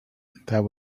that